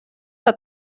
hat